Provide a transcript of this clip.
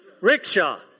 Rickshaw